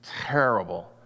terrible